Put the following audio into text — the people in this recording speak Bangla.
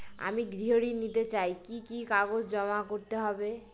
আমি গৃহ ঋণ নিতে চাই কি কি কাগজ জমা করতে হবে?